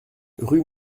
rue